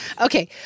Okay